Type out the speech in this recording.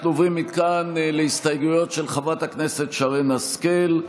אנחנו עוברים מכאן להסתייגויות של חברת הכנסת שרן השכל.